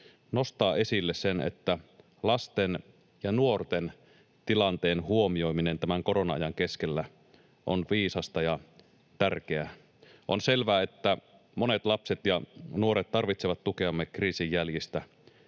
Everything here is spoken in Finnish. nostaa esille sen, että lasten ja nuorten tilanteen huomioiminen tämän korona-ajan keskellä on viisasta ja tärkeää. On selvä, että monet lapset ja nuoret tarvitsevat tukeamme kriisin jäljistä